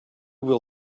will